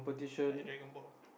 like dragon-ball